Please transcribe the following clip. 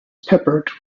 peppered